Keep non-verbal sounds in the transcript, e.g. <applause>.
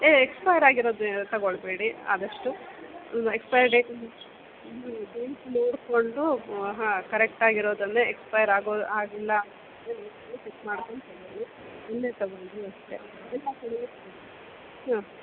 ಹೇ expire ಆಗಿರೋದು ತಗೊಳ್ಳಬೇಡಿ ಆದಷ್ಟು ಎಕ್ಸ್ಪೈರ್ ಡೇಟ್ ನೀವು ಡೇಟ್ ನೋಡಿಕೊಂಡು ಹಾಂ ಕರೆಕ್ಟಾಗಿ ಇರೋದನ್ನೇ ಎಕ್ಸ್ಪೈರ್ ಆಗೋ ಆಗಿಲ್ಲ <unintelligible> ಪಿಕ್ ಮಾಡ್ಕೊಂಡು ತಗೋಳ್ಳಿ ಎಲ್ಲೇ ತಗೊಂಡರೂ ಅಷ್ಟೇ ಎಲ್ಲ ಕಡೆ ಇರ್ತದೆ ಹಾಂ